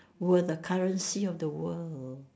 were the currency of the world